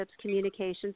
communications